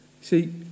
See